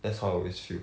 that's how I always feel